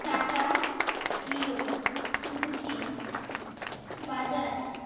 tata Hero Suzuki Bajaj